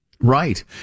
Right